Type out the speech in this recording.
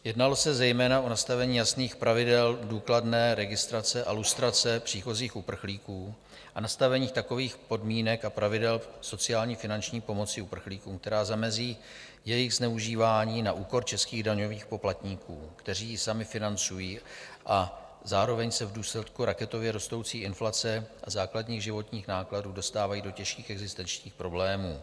Jednalo se zejména o nastavení jasných pravidel důkladné registrace a lustrace příchozích uprchlíků a nastavení takových podmínek a pravidel sociální a finanční pomoci uprchlíkům, které zamezí jejich zneužívání na úkor českých daňových poplatníků, kteří ji sami financují a zároveň se v důsledku raketově rostoucí inflace a základních životních nákladů dostávají do těžkých existenčních problémů.